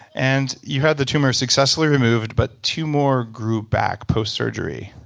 and you had the tumor successfully removed but two more grew back postsurgery.